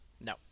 No